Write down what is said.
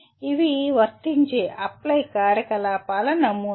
ఇవి వర్తించేఅప్లై కార్యకలాపాల నమూనాలు